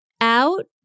out